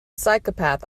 psychopath